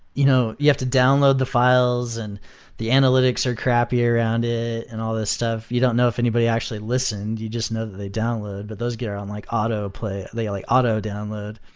you know you have to download the files and the analytics are crappy around it and all this stuff. you don't know if anybody actually listened. you just know that they download, but those get on like auto play. they like auto download.